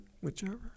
whichever